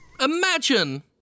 Imagine